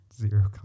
Zero